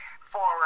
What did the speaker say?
forward